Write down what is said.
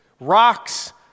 Rocks